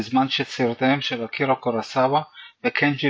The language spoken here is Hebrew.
בזמן שסרטיהם של אקירה קורוסאווה וקנג'י